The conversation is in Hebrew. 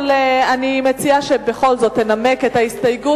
אבל אני מציעה שבכל זאת תנמק את ההסתייגות,